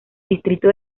distrito